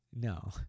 No